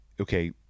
Okay